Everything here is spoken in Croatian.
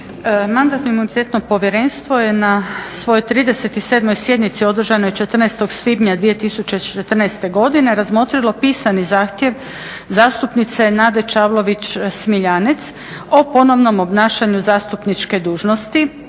Mandatno-imunitetno povjerenstvo je na svojoj 37. sjednici održanoj 14. svibnja 2014. godine razmotrilo pisani zahtjev zastupnice Nade Čavlović-Smiljanec o ponovnom obnašanju zastupniče dužnosti.